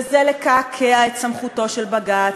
וזה לקעקע את סמכותו של בג"ץ,